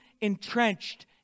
entrenched